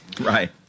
Right